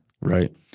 Right